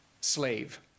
slave